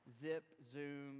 zip-Zoom